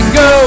go